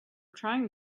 trying